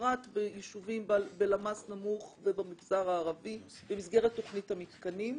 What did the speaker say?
בפרט ביישובים בלמ"ס נמוך ובמגזר הערבי במסגרת תכנית המתקנים.